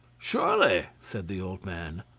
surely, said the old man,